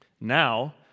Now